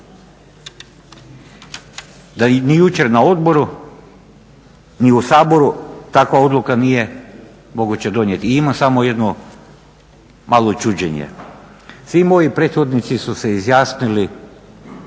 da i jučer na odboru i u Saboru takva odluka nije moguće donijeti. I imam samo jedno malo čuđenje. Svi moji prethodnici su se izjasnili